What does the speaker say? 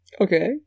okay